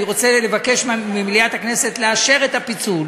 אני רוצה לבקש ממליאת הכנסת לאשר את הפיצול,